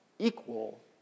equal